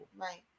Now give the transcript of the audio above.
Right